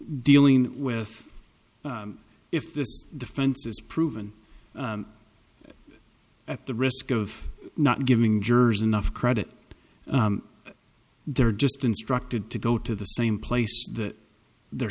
dealing with if the defense is proven at the risk of not giving jurors enough credit they're just instructed to go to the same place that they're